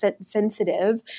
sensitive